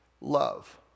love